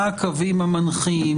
מה הקווים המנחים?